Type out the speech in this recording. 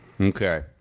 Okay